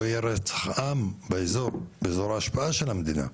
יהיה רצח עם באזור ההשפעה של המדינה.